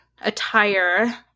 attire